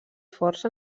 força